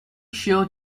sure